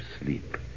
sleep